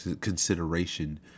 consideration